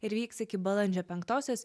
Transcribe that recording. ir vyks iki balandžio penktosios